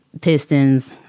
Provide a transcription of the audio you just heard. Pistons